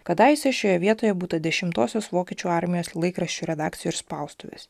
kadaise šioje vietoje būta dešimtosios vokiečių armijos laikraščio redakcijos ir spaustuvės